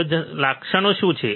તો લક્ષણો શું છે